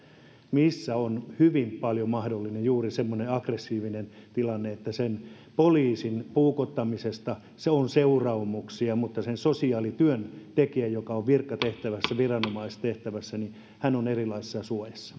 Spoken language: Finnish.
niissä on hyvin paljon mahdollinen juuri semmoinen aggressiivinen tilanne poliisin puukottamisesta on seuraamuksia mutta sosiaalityöntekijä joka on virkatehtävässä viranomaistehtävässä on erilaisessa suojassa